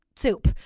soup